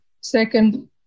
Second